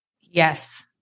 Yes